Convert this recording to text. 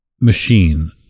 machine